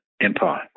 empire